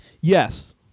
Yes